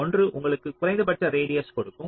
ஒன்று உங்களுக்கு குறைந்தபட்ச ரேடியஸ் கொடுக்கும்